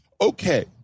okay